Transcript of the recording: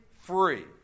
free